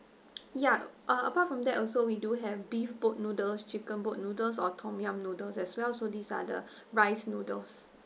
ya uh apart from that also we do have beef boat noodles chicken boat noodles or tom yum noodles as well so these are the rice noodles